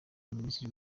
minisitiri